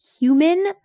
human